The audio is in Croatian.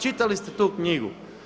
Čitali ste tu knjigu.